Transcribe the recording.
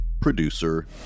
producer